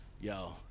yo